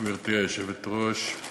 גברתי היושבת-ראש,